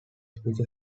speech